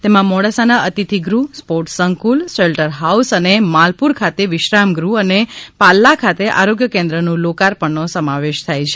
તેમાં મોડાસાના અતિથિગૃહ સ્પોર્ટસ સંકુલ શેલ્ટરહાઉસ અને માલપુર ખાતે વિશ્રામગૃહ અને પાલ્લા ખાતે આરેગ્યકેન્દ્રનું લોકાર્પણનો સમાવેશ થાય છે